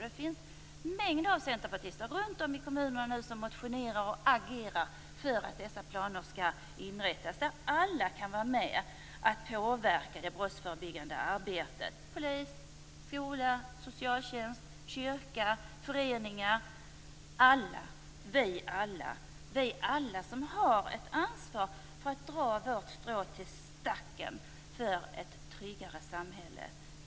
Det är många centerpartister som i kommunerna nu motionerar och agerar för att brottsförebyggande planer skall upprättas där alla kan vara med och påverka det brottsförebyggande arbetet: polis, skolor, socialtjänst, kyrka, föreningar och vi alla som har ett ansvar för att dra vårt strå till stacken för ett tryggare samhälle.